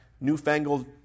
newfangled